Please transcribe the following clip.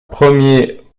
premier